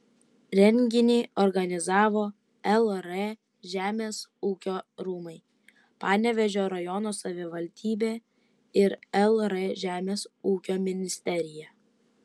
renginį organizavo lr žemės ūkio rūmai panevėžio rajono savivaldybė ir lr žemės ūkio ministerija